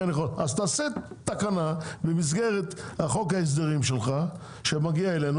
אז תעשה תקנה במסגרת חוק ההסדרים שלך שמגיע אלינו,